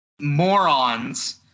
morons